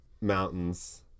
mountains